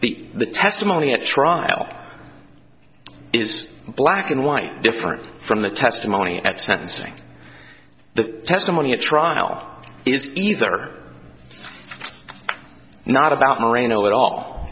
the the testimony at trial is black and white different from the testimony at sentencing the testimony at trial is either not about moreno at all